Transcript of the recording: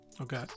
Okay